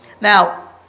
Now